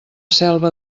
selva